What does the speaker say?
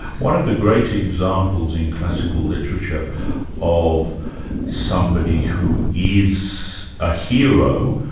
one of the great examples in classical literature of somebody who is a hero,